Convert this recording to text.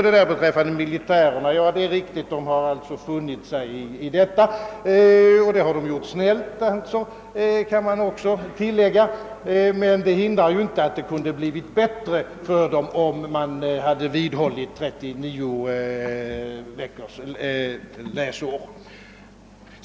Det är riktigt, att militärerna har funnit sig i ändringen — ganska snällt, kan man tillägga — men det hindrar inte, att det kunde ha blivit bättre för dem, om man hade behållit 39 veckors läsår.